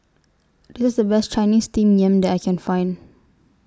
This IS The Best Chinese Steamed Yam that I Can Find